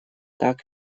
так